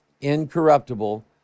incorruptible